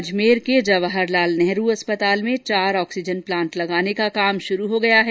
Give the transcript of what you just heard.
अजमेर के जवाहर लाल नेहरू अस्पताल में चार आक्सीजन प्लांट लगाने का काम शुरू हो गया है